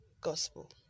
gospel